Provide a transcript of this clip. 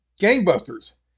gangbusters